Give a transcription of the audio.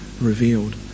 revealed